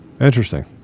Interesting